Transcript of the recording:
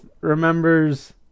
remembers